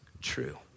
true